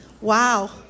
Wow